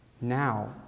now